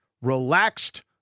relaxed